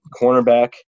cornerback